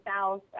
South